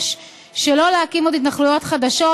שלא להקים עוד התנחלויות חדשות,